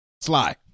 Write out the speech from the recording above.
Sly